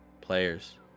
Players